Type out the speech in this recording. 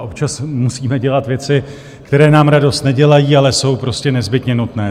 Občas musíme dělat věci, které nám radost nedělají, ale jsou prostě nezbytně nutné.